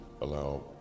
allow